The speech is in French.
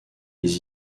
les